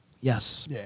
Yes